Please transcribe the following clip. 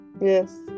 Yes